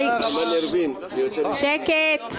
--- אני